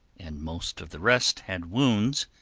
and most of the rest had wounds,